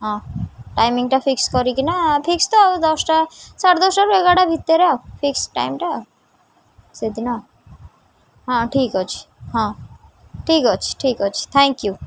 ହଁ ଟାଇମିଂଟା ଫିକ୍ସ କରିକିନା ଫିକ୍ସ ତ ଆଉ ଦଶଟା ସାଢ଼େ ଦଶଟାରୁ ଏଗାରଟା ଭିତରେ ଆଉ ଫିକ୍ସ ଟାଇମ୍ଟା ଆଉ ସେଦିନ ହଁ ଠିକ୍ ଅଛି ହଁ ଠିକ୍ ଅଛି ଠିକ୍ ଅଛି ଥ୍ୟାଙ୍କ୍ ୟୁ